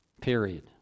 Period